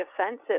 offensive